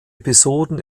episoden